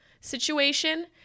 situation